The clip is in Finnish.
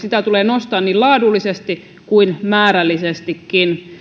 sitä tulee nostaa niin laadullisesti kuin määrällisestikin